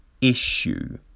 issue